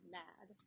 mad